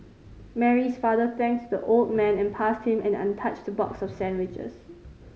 Mary's father thanked the old man and passed him an untouched box of sandwiches